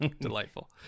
Delightful